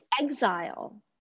exile